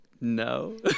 No